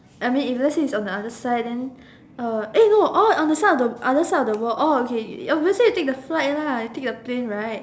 I mean if let's say it's on the other side then uh eh no oh on the side of the on the other side of the world oh okay obviously you take the flight lah you take the plane right